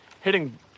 hitting